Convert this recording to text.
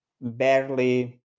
barely